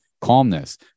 calmness